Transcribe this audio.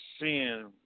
seeing